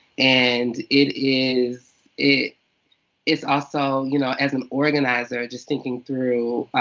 and it is it is also, you know as an organizer, just thinking through